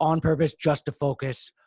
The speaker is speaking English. on purpose just to focus,